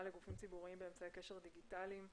לגופים ציבוריים באמצעי קשר דיגיטליים (תיקון)